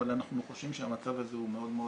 אבל אנחנו חושבים שהמצב הזה הוא מאוד מאוד